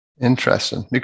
Interesting